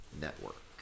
network